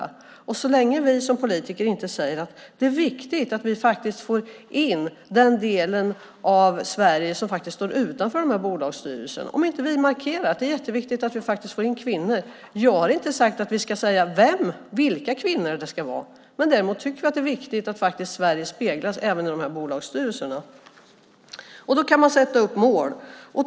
Så kommer det att vara så länge som vi politiker inte säger att det är viktigt att man får in den del av Sverige som står utanför dessa bolagsstyrelser, om vi inte markerar att det är jätteviktigt att få in kvinnor. Jag har inte sagt att vi ska säga vilka kvinnor det ska vara, men jag tycker att det är viktigt att Sverige speglas även i dessa bolagsstyrelser. Då kan man sätta upp mål.